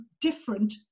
different